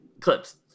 clips